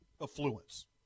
affluence